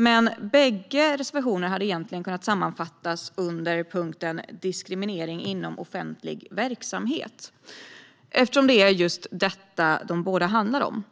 Men båda reservationerna hade egentligen kunnat sammanfattas under punkten Diskriminering inom offentlig verksamhet eftersom det är just detta de handlar om.